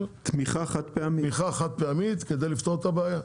תמיכה חד פעמית כדי לפתור את הבעיה.